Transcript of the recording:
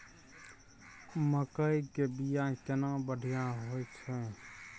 मकई के बीया केना बढ़िया होय छै?